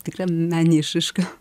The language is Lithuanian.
tikra meninė išraiška